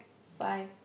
five